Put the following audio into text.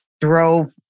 drove